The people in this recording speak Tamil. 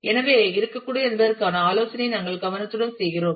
எனவே இருக்கக்கூடும் என்பதற்கான ஆலோசனையை நாங்கள் கவனத்துடன் செய்கிறோம்